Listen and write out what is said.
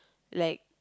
like